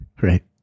right